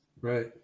Right